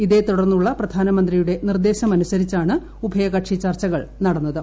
ഇതേതുടർന്നുള്ള പ്രധാനമന്ത്രിയുടെ നിർദ്ദേശമനുസരി ച്ചാണ് ഉഭയകക്ഷി ചർച്ചകൾ നടന്നത്